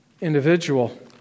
individual